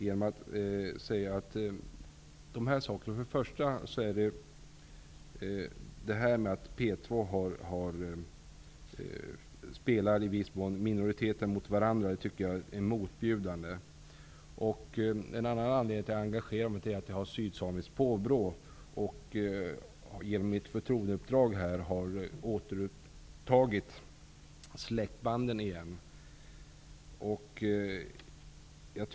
Detta med att P 2 i viss mån spelar ut minoriteterna mot varandra tycker jag är motbjudande. En annan anledning till att jag har engagerat mig är att jag har sydsamiskt påbrå. Genom mitt förtroendeuppdrag här har jag återupptagit släktbanden.